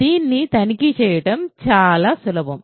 దీన్ని తనిఖీ చేయడం చాలా సులభం